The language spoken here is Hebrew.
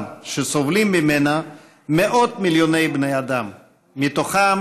וסובלים ממנה מאות מיליוני בני אדם ומהם,